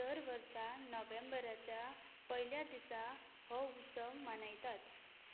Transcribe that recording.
दर वर्सा नोव्हेंबराच्या पयल्या दिसा हो उत्सव मनयतात